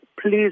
please